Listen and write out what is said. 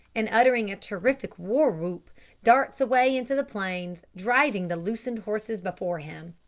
and uttering a terrific war-whoop darts away into the plains, driving the loosened horses before him.